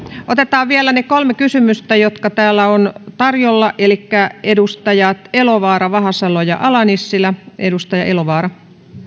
otetaan vielä ne kolme kysymystä jotka tällä ovat tarjolla elikkä edustajat elovaara vahasalo ja ala nissilä edustaja elovaara